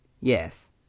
Yes